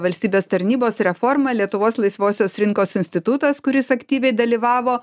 valstybės tarnybos reformą lietuvos laisvosios rinkos institutas kuris aktyviai dalyvavo